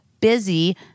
busy